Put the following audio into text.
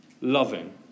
loving